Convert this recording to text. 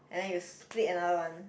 and then you split another one